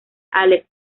alex